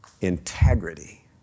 integrity